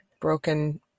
broken